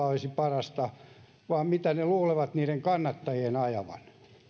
olisi parasta vaan mitä ne luulevat niiden kannattajien ajattelevan